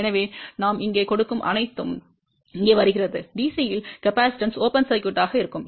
எனவே நாம் இங்கே கொடுக்கும் அனைத்தும் இங்கே வருகிறது DC இல் கொள்ளளவு திறந்த சுற்று இருக்கும்